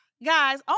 Guys